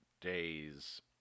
days